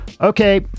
Okay